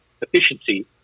efficiency